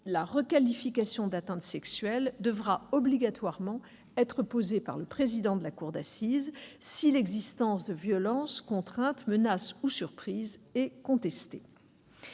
la qualification d'atteinte sexuelle devra obligatoirement être posée par le président de la cour d'assises si l'existence de violences, contrainte, menace ou surprise est contestée.